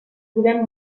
trobem